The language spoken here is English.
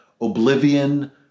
oblivion